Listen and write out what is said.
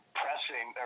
pressing